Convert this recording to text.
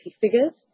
figures